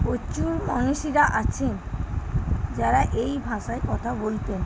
প্রচুর মনীষীরা আছেন যারা এই ভাষায় কথা বলতেন